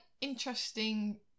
interesting